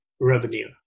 revenue